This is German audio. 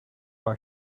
war